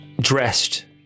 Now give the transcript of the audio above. dressed